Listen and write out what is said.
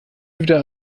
wieder